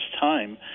time